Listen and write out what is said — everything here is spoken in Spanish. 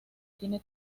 tiene